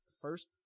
first